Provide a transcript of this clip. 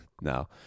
no